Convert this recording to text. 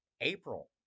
April